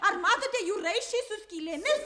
ar matote jų raiščiais su skylėmis